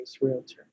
realtor